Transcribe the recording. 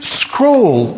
scroll